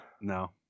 no